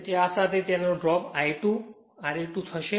તેથી આની સાથે તે ડ્રોપ I2 Re2 થશે